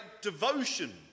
devotion